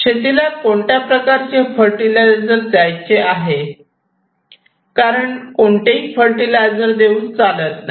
शेतीला कोणत्या प्रकारचे फर्टीलायझर द्यायचे आहे कारण कोणतेही फर्टीलायझर देऊन चालत नाही